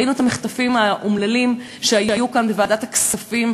ראינו את המחטפים האומללים שהיו כאן בוועדת הכספים,